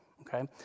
okay